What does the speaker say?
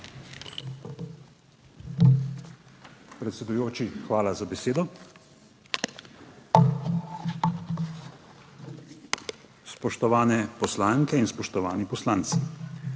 Predsedujoči, hvala za besedo. Spoštovane poslanke in spoštovani poslanci!